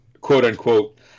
quote-unquote